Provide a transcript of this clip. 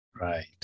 Right